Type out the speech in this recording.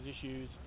issues